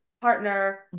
partner